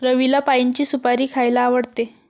रवीला पाइनची सुपारी खायला आवडते